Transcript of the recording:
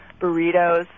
burritos